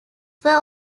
were